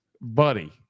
Buddy